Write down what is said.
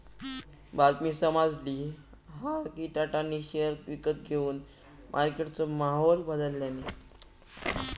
बातमी समाजली हा कि टाटानी शेयर विकत घेवन मार्केटचो माहोल बदलल्यांनी